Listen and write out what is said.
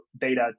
data